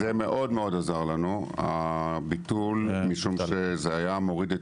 זה מאוד-מאוד עזר לנו הביטול כי זה היה מוריד את